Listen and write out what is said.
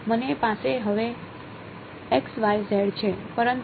મને પાસે have છે ખરું